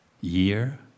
year